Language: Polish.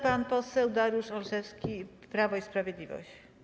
Pan poseł Dariusz Olszewski, Prawo i Sprawiedliwość.